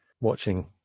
watching